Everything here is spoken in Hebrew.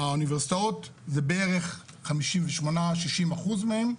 האוניברסיטאות זה בערך 58% 60% מהם,